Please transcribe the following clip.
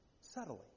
subtly